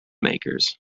makers